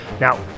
Now